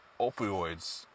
opioids